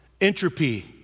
Entropy